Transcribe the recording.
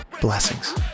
Blessings